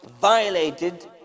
violated